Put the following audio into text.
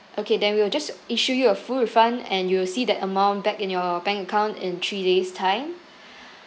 okay then we will just issue you a full refund and you will see that amount back in your bank account in three days time